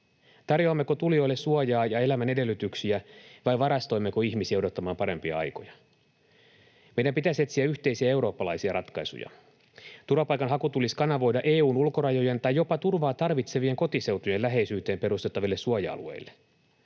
Tarjoammeko tulijoille suojaa ja elämän edellytyksiä vai varastoimmeko ihmisiä odottamaan parempia aikoja? Meidän pitäisi etsiä yhteisiä eurooppalaisia ratkaisuja. Turvapaikanhaku tulisi kanavoida EU:n ulkorajojen tai jopa turvaa tarvitsevien kotiseutujen läheisyyteen perustettaville suoja-alueille.